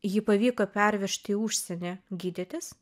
jį pavyko pervežti į užsienį gydytis